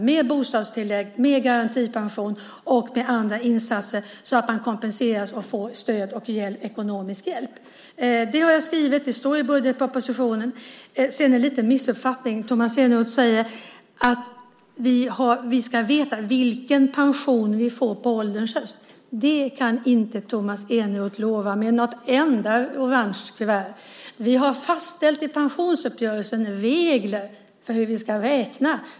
Med bostadstillägg, med garantipension och med andra insatser kan man kompenseras och få stöd och ekonomisk hjälp. Detta har jag skrivit om. Det står i budgetpropositionen. Sedan finns det en liten missuppfattning. Tomas Eneroth säger att vi ska veta vilken pension vi får på ålderns höst. Det kan Tomas Eneroth inte med något enda orangefärgat kuvert lova. Vi har i pensionsuppgörelsen fastställt regler för hur vi ska räkna.